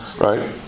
right